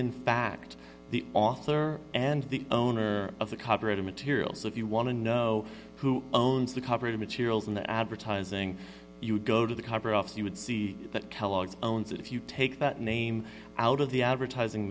in fact the author and the owner of the coverage materials so if you want to know who owns the coverage materials in the advertising you go to the cover off you would see that kellogg's owns it if you take that name out of the advertising